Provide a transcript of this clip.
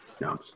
no